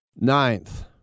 ninth